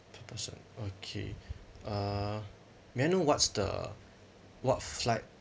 per person okay uh may I know what's the what flight